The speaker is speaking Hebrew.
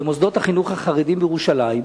במוסדות החינוך החרדיים בירושלים.